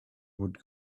would